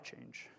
change